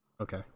Okay